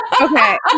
Okay